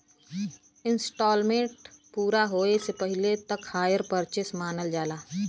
instalment पूरा होये से पहिले तक हायर परचेस मानल जाला